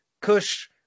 Kush